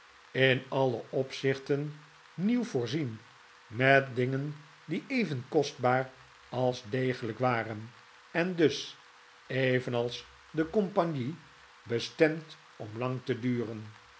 in alle opzichten nieuw voorzien met dingen die even kostbaar als degelijk waren en dus evenals de compagnie bestemd om lang te duren